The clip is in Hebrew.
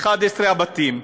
11 הבתים.